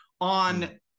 on